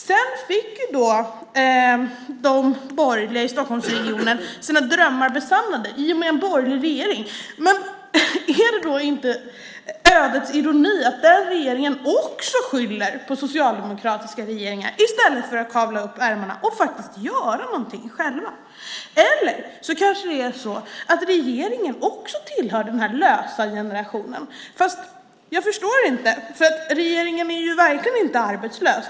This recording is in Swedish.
Sedan fick de borgerliga i Stockholmsregionen sina drömmar besannade i och med att det blev en borgerlig regering. Men är det då inte ödets ironi att den regeringen också skyller på socialdemokratiska regeringar i stället för att kavla upp ärmarna och faktiskt göra någonting själva? Det kanske är så att regeringen också tillhör denna lösa generation. Men jag förstår inte, för regeringen är verkligen inte arbetslös.